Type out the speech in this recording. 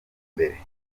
mbere